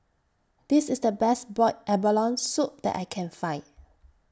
This IS The Best boiled abalone Soup that I Can Find